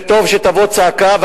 וטוב שתבוא צעקה,